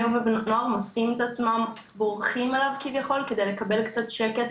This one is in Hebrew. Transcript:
נוער מוצאים את עצמם בורחים אליו כביכול כדי לקבל קצת שקט,